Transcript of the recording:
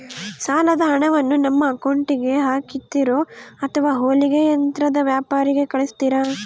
ಸಾಲದ ಹಣವನ್ನು ನಮ್ಮ ಅಕೌಂಟಿಗೆ ಹಾಕ್ತಿರೋ ಅಥವಾ ಹೊಲಿಗೆ ಯಂತ್ರದ ವ್ಯಾಪಾರಿಗೆ ಕಳಿಸ್ತಿರಾ?